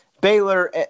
Baylor